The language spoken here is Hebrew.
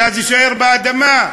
הגז יישאר באדמה,